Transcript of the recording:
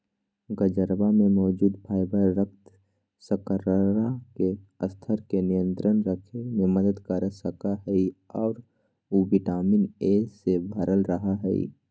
गजरवा में मौजूद फाइबर रक्त शर्करा के स्तर के नियंत्रण रखे में मदद कर सका हई और उ विटामिन ए से भरल रहा हई